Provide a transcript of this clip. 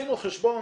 עשינו חשבון